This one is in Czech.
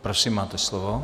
Prosím, máte slovo.